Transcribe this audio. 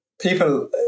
people